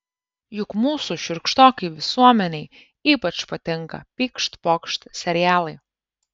juk mūsų šiurkštokai visuomenei ypač patinka pykšt pokšt serialai